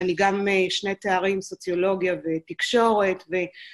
אני גם עם שני תארים, סוציולוגיה ותקשורת ו...